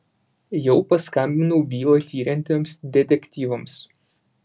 jau paskambinau bylą tiriantiems detektyvams